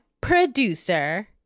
producer